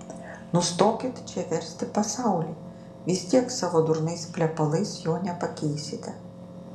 nustokit čia versti pasaulį vis tiek savo durnais plepalais jo nepakeisite